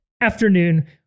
afternoon